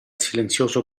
silenzioso